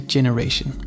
Generation